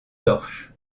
torche